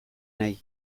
nahi